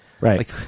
Right